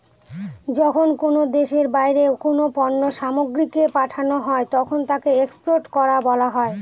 যখন কোনো দেশের বাইরে কোনো পণ্য সামগ্রীকে পাঠানো হয় তাকে এক্সপোর্ট করা বলা হয়